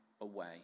away